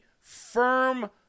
firm